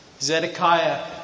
Zedekiah